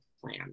plan